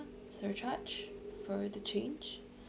surcharge for the change